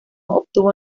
obtuvo